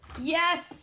Yes